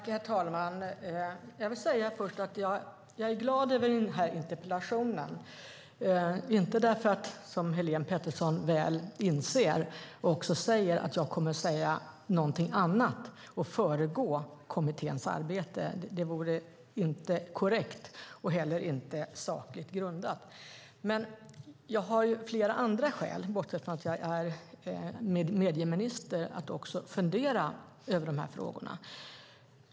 Herr talman! Jag vill först säga att jag är glad över den här interpellationen, inte därför att, som Helene Petersson väl inser och också säger, jag kommer att säga någonting annat och föregå kommitténs arbete. Det vore inte korrekt och heller inte sakligt grundat. Men jag har flera andra skäl, bortsett från att jag är medieminister, att fundera över de här frågorna.